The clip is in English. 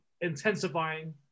intensifying